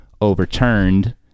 overturned